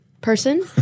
person